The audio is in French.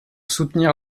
soutenir